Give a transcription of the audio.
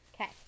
Okay